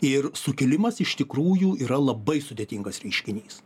ir sukilimas iš tikrųjų yra labai sudėtingas reiškinys